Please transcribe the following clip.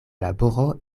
laboro